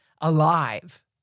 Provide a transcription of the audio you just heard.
alive